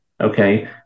okay